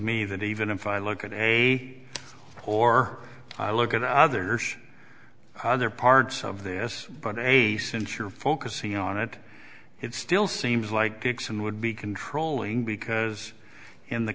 me that even if i look at a or i look at others other parts of this but eighty since you're focusing on it it still seems like dixon would be controlling because in the